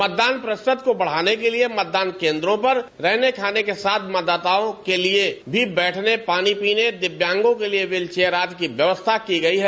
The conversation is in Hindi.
मतदान प्रतिशत को बढाने के लिए मतदान केन्दों पर रहने खाने के साथ मतदाताओं के लिए भी बैठने पानी पीने दिव्यांगों के लिए व्हीचेयर आदि की व्यवस्था की गयीं है